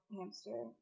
Hamster